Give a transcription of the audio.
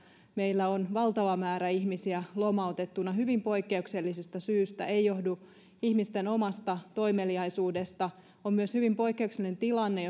meillä on valtava määrä ihmisiä lomautettuna hyvin poikkeuksellisesta syystä joka ei johdu ihmisten omasta toimeliaisuudesta on myös hyvin poikkeuksellinen tilanne